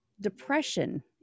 Depression